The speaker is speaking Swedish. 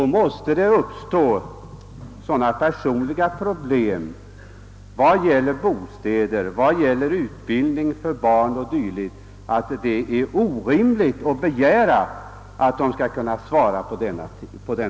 Då måste det uppstå så stora personliga problem i fråga om bostäder, utbildning för barnen o. d. att det är orimligt att begära att de skall svara på denna korta tid.